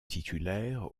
titulaire